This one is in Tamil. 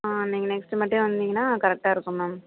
ஆ நீங்கள் நெக்ஸ்ட்டு மண்டே வந்தீங்கன்னா கரெக்டாக இருக்கும் மேம்